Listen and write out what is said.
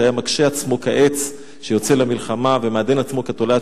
שהיה מקשה עצמו כעץ שיוצא למלחמה ומעדן עצמו כתולעת,